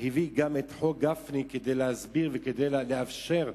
הביא גם את חוק גפני כדי להסביר וכדי לאפשר,